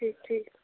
ٹھیٖک ٹھیٖک